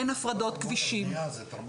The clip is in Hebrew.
אין הפרדות כבישים.